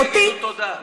תודה.